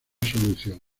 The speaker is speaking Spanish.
solución